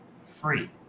free